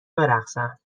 برقصم